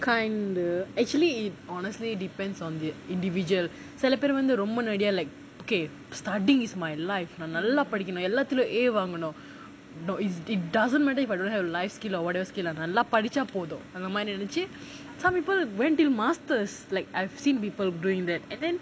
kind of actually is honestly depends on the individual சில பேரு வந்து ரொம்ப நிறைய:sila peru vanthu romba niraiya like okay study is my life நான் நல்லா படிக்கனும் எல்லாத்துலயும்:naan nallaa padikanum ellatuhlayum A வாங்கனும்:vaanganum though is it it doesn't matter if I don't have a life skill or whatever நான் நல்லா படிச்சா போதும்:naan nallaa padichaa pothum some people wait until masters like I have seen people doing that and then